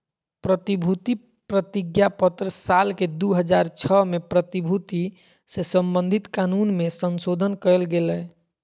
प्रतिभूति प्रतिज्ञापत्र साल के दू हज़ार छह में प्रतिभूति से संबधित कानून मे संशोधन कयल गेलय